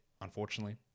unfortunately